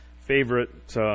favorite